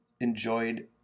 enjoyed